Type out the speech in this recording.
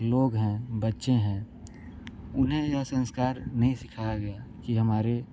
लोग हैं बच्चे हैं उन्हें यह संस्कार नहीं सिखाया गया कि हमारे